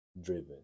driven